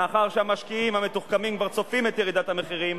מאחר שהמשקיעים המתוחכמים כבר צופים את ירידת המחירים,